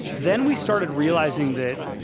then we started realizing that,